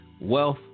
wealth